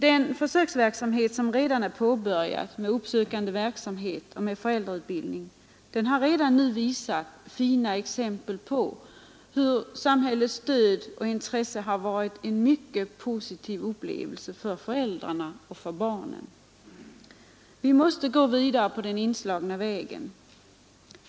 De försök med uppsökande verksamhet och föräldrautbildning som påbörjats har redan nu visat fina exempel på hur samhällets stöd och intresse har varit en mycket positiv upplevelse för föräldrarna och barnen. Vi måste gå vidare på den inslagna vägen.